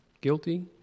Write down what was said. Guilty